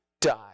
die